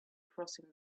crossing